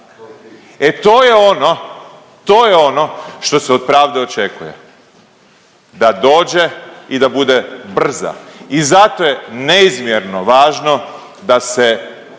E to je ono, to je ono što se od pravde očekuje da dođe i da bude brza. I zato je neizmjerno važno da se